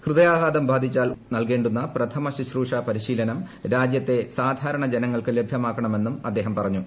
ഹൃദയാഘാതം ബാധിച്ചാൽ ഉൾപ്പെടെ നൽകേണ്ടുന്ന പ്രഥമ ശുശ്രൂഷ പരിശീലനം രാജ്യത്തെ സാധാരണ ജനങ്ങൾക്ക് ലഭ്യമാക്കണമെന്നും അദ്ദേഹം പറഞ്ഞു